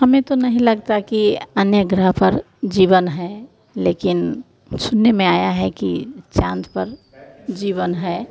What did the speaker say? हमें तो नहीं लगता कि अन्य ग्राह पर जीवन हैं लेकिन सुनने में आया है कि चाँद पर जीवन है